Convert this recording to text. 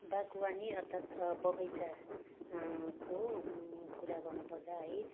बागवानी अर्थात बगैँचा को कुरा गर्नुपर्दा है